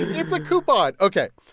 it's a coupon, ok